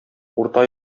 урта